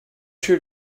sure